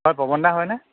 অ' পৱন দা হয়নে